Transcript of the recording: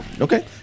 Okay